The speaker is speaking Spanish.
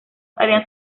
habían